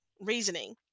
reasoning